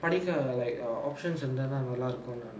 படிக்க:padikka like err options இருந்தனா நல்லாருக்கும்:ithanaa nallarukkum